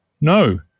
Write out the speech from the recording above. No